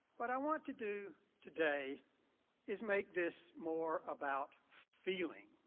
what i want to do today is make this more about feeling.